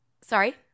Sorry